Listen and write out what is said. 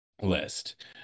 list